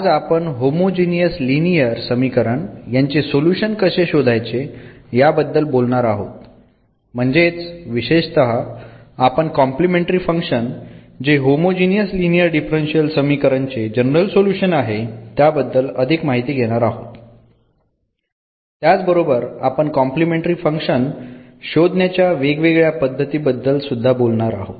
आज आपण homogeneous linear समीकरण याचे सोल्युशन कसे शोधायचे या बद्दल बोलणार आहोत म्हणजेच विशेषतः आपण कॉम्प्लिमेंटरी फंक्शन जे होमोजीनियस लिनियर डिफरन्शियल समीकरण चे जनरल सोल्युशन आहे त्याबद्दल अधिक माहिती घेणार आहोत त्याचबरोबर आपण कॉम्प्लिमेंटरी फंक्शन शोधण्याच्या वेगवेगळ्या पद्धती बद्दल सुद्धा बोलणार आहोत